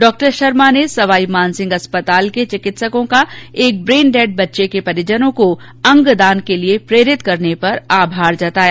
डॉ शर्मा ने सवाई मानसिंह अस्पताल के चिकित्सकों का एक ब्रेन डैड बच्चे के परिजनों को अंगदान के लिये प्रेरित करने पर आभार जताया